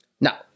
Now